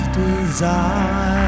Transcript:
desire